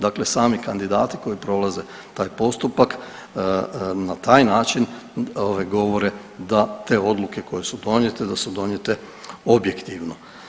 Dakle sami kandidati koji prolaze taj postupak na taj način govore da te odluke koje su donijete, da su donijete objektivno.